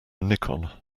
nikon